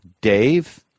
Dave